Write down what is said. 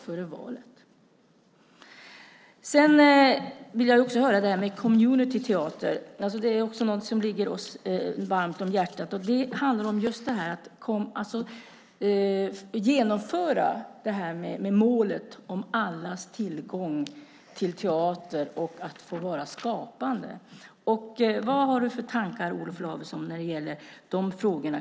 Jag vill också höra om detta med communityteater, som är någonting som ligger oss varmt om hjärtat. Det handlar om att nå målet om allas tillgång till teater och att få vara skapande. Vad har du för tankar, Olof Lavesson, när det gäller de frågorna?